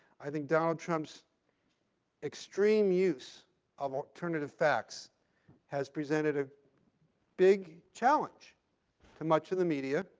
i think donald trump's extreme use of alternative facts has presented a big challenge to much of the media,